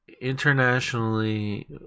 internationally